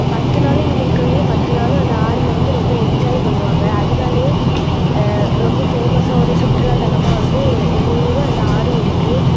பத்து நாளும் இங்கே இருக்கிறவங்க பத்து நாளும் அந்த ஆற்றுல வந்து ரொம்ப என்ஜாய் பண்ணுவாங்க அதனாலயே ரொம்ப ஃபேமஸ்ஸாக ஒரு சுற்றுலா தலமாக வந்து எங்கள் ஊரும் அந்த ஆறும் இருக்குது